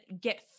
get